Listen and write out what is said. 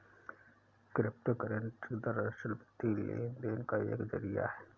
crypto currency दरअसल, वित्तीय लेन देन का एक जरिया है